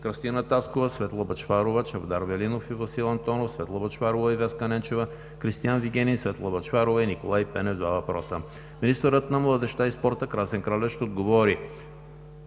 Кръстина Таскова; Светла Бъчварова, Чавдар Велинов и Васил Антонов; Светла Бъчварова и Веска Ненчева; Кристиан Вигенин; Светла Бъчварова и Николай Пенев (два въпроса). 10. Министърът на младежта и спорта Красен Кралев ще отговори